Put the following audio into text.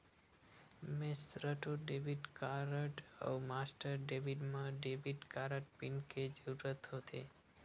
Maestro debit card अउ Master debit म debit card pin के जरूरत होथे